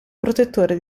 protettore